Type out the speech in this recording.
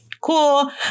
cool